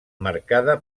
marcada